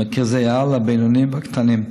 מרכזי-העל, הבינוניים והקטנים.